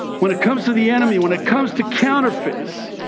when it comes to the enemy, when it comes to counterfeits,